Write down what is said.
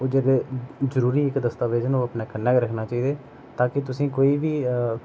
ओह् जेह्के जरूरी इक दस्तावेज न ओह् अपने कन्नै गै रक्खना चाहिदे ताकि तुसें कोई बी